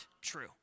true